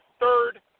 third